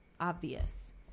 obvious